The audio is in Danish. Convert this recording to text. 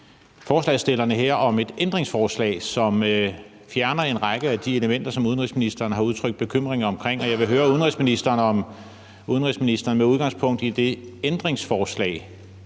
forslagsstillerne om et ændringsforslag, som fjerner en række af de elementer, som udenrigsministeren har udtrykt bekymring omkring, og jeg vil høre udenrigsministeren, om han med udgangspunkt i det ændringsforslag